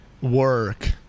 work